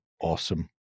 awesome